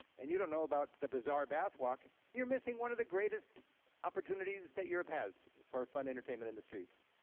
and you don't know about the bizarre bath walk, you're missing one of the greatest opportunities that europe has for fun entertainment in the streets.